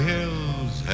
Hills